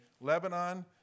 Lebanon